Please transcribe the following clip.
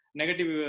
negative